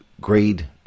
grade